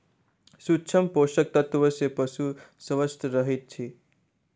सूक्ष्म पोषक तत्व सॅ पशु स्वस्थ रहैत अछि